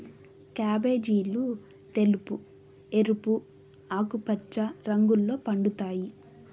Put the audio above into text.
క్యాబేజీలు తెలుపు, ఎరుపు, ఆకుపచ్చ రంగుల్లో పండుతాయి